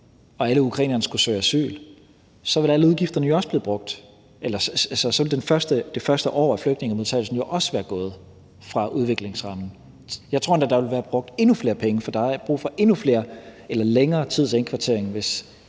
og alle ukrainerne skulle søge asyl, ville det første år af flygtningemodtagelsen jo også være gået fra udviklingsrammen. Jeg tror endda, at der ville være brugt endnu flere penge, for der er brug for længere tids indkvartering,